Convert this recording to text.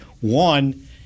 one